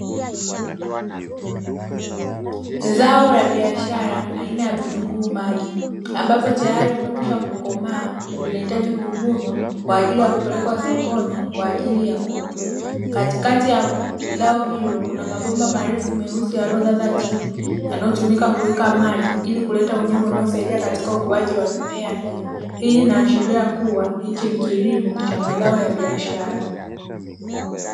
Zao la biashara aina ya vitunguu maji ambavyo tayari vimekwisha kukomaa na vinahitaji kuvunwa kwa ajili ya kupelekwa sokoni kwa ajili ya kuuzwa, katikati ya zao hilo kuna mabomba marefu meusi yaliyolazwa chini yanayotumika kuweka maji ili kuleta unyevu unaosaidia katika ukuaji wa mimea hiyo, hii inaashiria kuwa hichi ni kilimo cha mazao ya biashara.